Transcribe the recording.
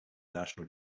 national